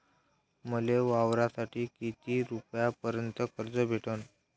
मले वावरासाठी किती रुपयापर्यंत कर्ज भेटन?